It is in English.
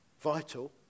vital